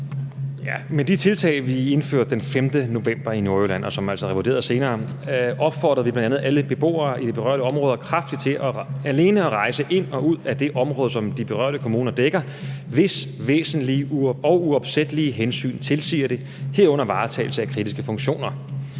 Med de tiltag, vi indførte den 5. november i Nordjylland, og som altså er revurderet senere, opfordrer vi bl.a. alle beboere i de berørte områder kraftigt til alene at rejse ind og ud af det område, som de berørte kommuner dækker, hvis væsentlige og uopsættelige hensyn tilsiger det, herunder varetagelse af kritiske funktioner.